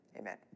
amen